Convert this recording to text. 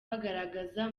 bagaragaza